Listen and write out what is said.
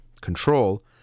control